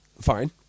fine